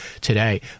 today